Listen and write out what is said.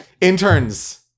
Interns